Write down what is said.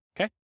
Okay